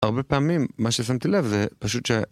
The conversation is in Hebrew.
הרבה פעמים, מה ששמתי לב זה פשוט ש...